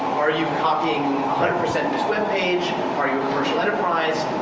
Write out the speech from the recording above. are you copying one hundred percent of this web page. are you a virtual enterprise.